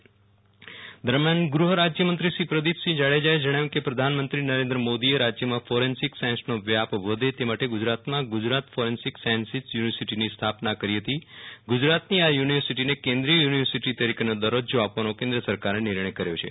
વિરલ રાણા ગુ હ રાજયમંત્રી દરમ્યાન ગુ હ રાજ્યમંત્રીશ્રી પ્રદિપસિંહ જાડેજાએ જણાવ્યું કે પ્રધાનમંત્રીનરેન્દ્ર મોદીએ રાજ્યમાં ફોરેન્સિક સાયન્સનો વ્યાપ વધે તે માટે ગુજરાતમાં ગુજરાત ફોરેન્સિક સાયન્સીઝ યુ નિવર્સિટીની સ્થાપના કરી હતી ગુજરાતની આ યુ નિવર્સિટીને કેન્દ્રિય યુ નિવર્સિટી તરીકેનો દરજ્જો આપવાનો કેન્દ્ર સરકારે નિર્ણય કર્યો છે